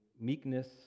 meekness